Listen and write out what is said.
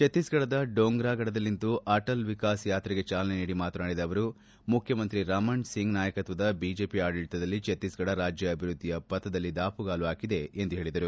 ಛತ್ತೀಸ್ಫಡದ ದೋಂಗ್ರಾಘಡದಲ್ಲಿಂದು ಅಟಲ್ ವಿಕಾಸ್ ಯಾತ್ರೆಗೆ ಚಾಲನೆ ನೀಡಿ ಮಾತನಾಡಿದ ಅವರು ಮುಖ್ಯಮಂತ್ರಿ ರಮಣ್ ಸಿಂಗ್ ನಾಯಕತ್ವದ ಬಿಜೆಪಿ ಆಡಳಿತದಲ್ಲಿ ಛತ್ತೀಸ್ಫಡ ರಾಜ್ಯ ಅಭಿವೃದ್ದಿಯ ಪಥದಲ್ಲಿ ದಾಪುಗಾಲು ಹಾಕಿದೆ ಎಂದು ಹೇಳದರು